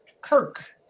Kirk